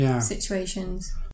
situations